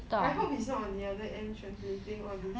I hope it's not on the other end translating all this